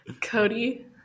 cody